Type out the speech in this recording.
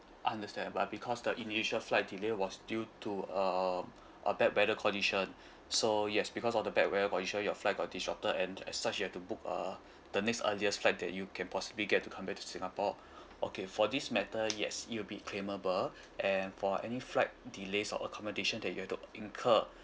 understand but because the initial flight delayed was due to a a bad weather condition so yes because of the bad weather condition your flight got distorted and as such you had to book uh the next earliest flight that you can possibly get to come back to singapore okay for this matter yes it will be claimable and for any flight delays or accommodation that you had to incur